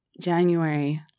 January